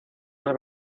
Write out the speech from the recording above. las